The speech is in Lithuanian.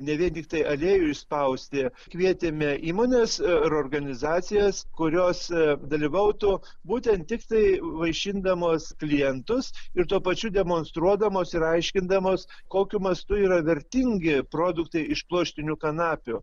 ne vien tiktai aliejų išspausti kvietėme įmones ir organizacijas kurios dalyvautų būtent tiktai vaišindamos klientus ir tuo pačiu demonstruodamos ir aiškindamos kokiu mastu yra vertingi produktai iš pluoštinių kanapių